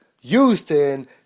Houston